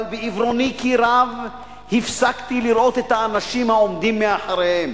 אבל בעיוורוני כי רב הפסקתי לראות את האנשים העומדים מאחוריהם.